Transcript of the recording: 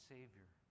Savior